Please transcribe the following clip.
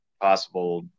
possible